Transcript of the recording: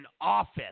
office